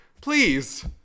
please